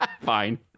Fine